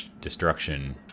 destruction